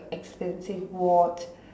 expensive watch